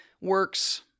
works